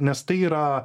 nes tai yra